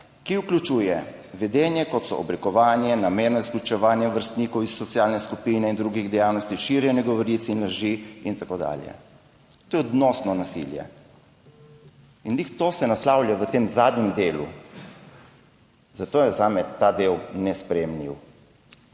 ki vključuje vedenje, kot so obrekovanje, namerno izključevanje vrstnikov iz socialne skupine in drugih dejavnosti, širjenja govoric in laži in tako dalje.« To je odnosno nasilje in ravno to se naslavlja v tem zadnjem delu. Zato je zame ta del nesprejemljiv.